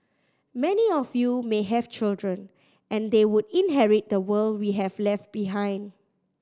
many of you may have children and they would inherit the world we have left behind